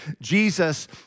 Jesus